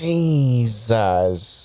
Jesus